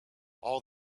all